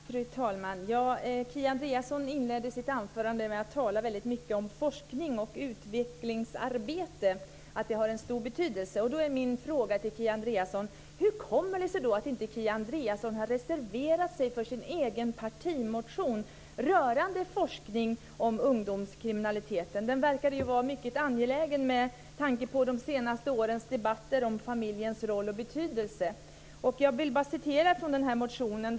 Fru talman! Kia Andreasson inledde sitt anförande med att tala om att forskning och utvecklingsarbete har en stor betydelse. Hur kommer det sig då att inte Kia Andreasson har reserverat sig för sin egen partimotion rörande forskning om ungdomskriminalitet? Den verkade vara mycket angelägen, med tanke på de senaste årens debatter om familjens roll och betydelse. Jag vill citera från motionen.